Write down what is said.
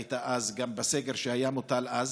שהיו גם בסגר שהוטל אז,